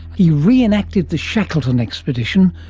he re-enacted the shackleton expedition,